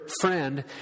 friend